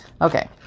okay